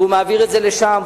והוא מעביר לשם,